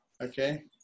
Okay